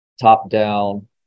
top-down